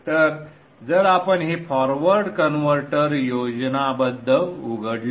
तर जर आपण हे फॉरवर्ड कन्व्हर्टर योजनाबद्ध उघडले